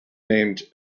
named